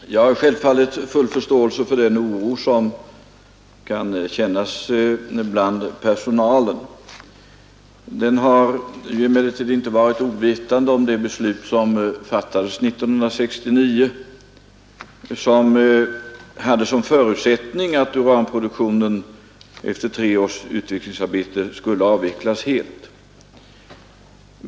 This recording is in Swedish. Herr talman! Jag har självfallet full förståelse för den oro som kan kännas bland personalen, som emellertid inte har varit ovetande om det beslut som fattades 1969. Det hade som förutsättning att uranproduktionen efter tre års utvecklingsarbete skulle avvecklas helt.